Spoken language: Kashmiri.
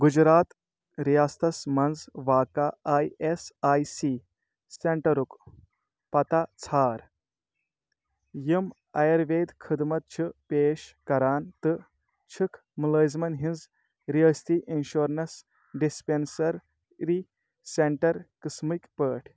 گُجرات رِیاستس مَنٛز واقع آی ایس آی سی سینٹرُک پتہ ژھانڈ یِم آیوروید خدمت چھِ پیش کران تہٕ چھکھ مُلٲزِمن ہِنٛز رِیٲستی اِنشورَنس ڈِسپیٚنٛسرٛی سینٹر قٕسمٕکۍ پٲٹھۍ